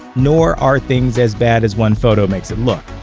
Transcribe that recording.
nor are things as bad as one photo makes it look.